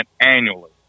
annually